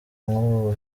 nk’ubu